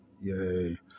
yay